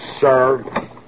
sir